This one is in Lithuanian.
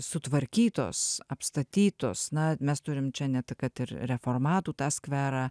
sutvarkytos apstatytos na mes turime čia ne tik kad ir reformatų skverą